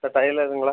sir டைலருங்களா